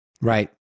Right